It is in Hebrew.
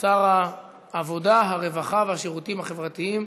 שר העבודה, הרווחה והשירותים החברתיים